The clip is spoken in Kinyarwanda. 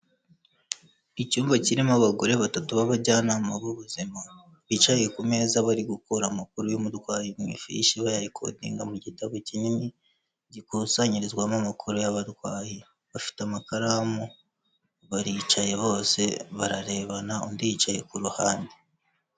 Icyumba kirimo abagore batatu b'abajyanama b'ubuzima, bicaye ku meza bari gukura amakuru y'umurwayi mu ifishi bayarikonga mu gitabo kinini, gikusanyirizwamo amakuru y'abarwayi, bafite amakaramu, baricaye bose, bararebana, undi yicaye ku ruhande.